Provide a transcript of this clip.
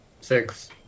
Six